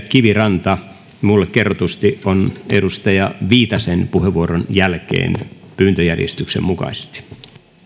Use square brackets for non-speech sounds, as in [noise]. [unintelligible] kiviranta minulle kerrotusti on edustaja viitasen puheenvuoron jälkeen pyyntöjärjestyksen mukaisesti